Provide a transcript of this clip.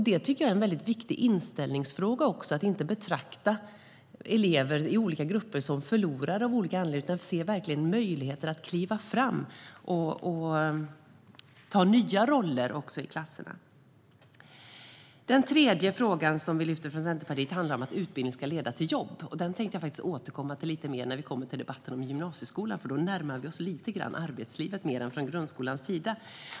Det tycker jag är en mycket viktig inställningsfråga, att inte betrakta elever i olika grupper som förlorare utan verkligen se möjligheter att kliva fram och ta nya roller i klasserna. Den tredje som vi från Centerpartiets sida lyfter upp är att utbildning ska leda till jobb. Den tänkte jag återkomma till lite mer när vi kommer till debatten om gymnasieskolan, för då närmar vi oss lite grann arbetslivet mer än från grundskolans sida.